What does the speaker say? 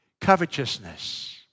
Covetousness